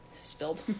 Spilled